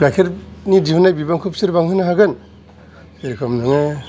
गायखेरनि दिहुननाय बिबानखौ बिसोर बांहोनो हागोन जेर'खम नोङो